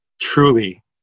Truly